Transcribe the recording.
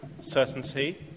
certainty